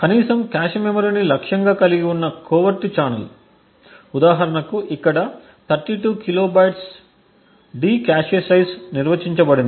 కనీసం కాష్ మెమరీని లక్ష్యంగా కలిగి ఉన్న కోవెర్ట్ ఛానెల్ ఉదాహరణకు ఇక్కడ 32 కిలోబైట్ల D కాష్ సైజు నిర్వచించబడింది